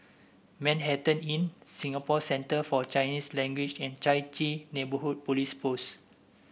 Manhattan Inn Singapore Center For Chinese Language and Chai Chee Neighbourhood Police Post